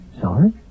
Sorry